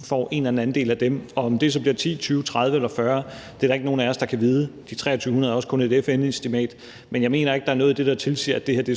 får en eller anden andel af dem. Om det så bliver 10, 20, 30 eller 40, er der ikke nogen af os, der kan vide. De 2.300 er også kun et FN-estimat, men jeg mener ikke, at der er noget i det, der tilsiger, at det her på nogen måde